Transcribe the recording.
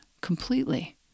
completely